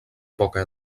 poca